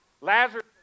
Lazarus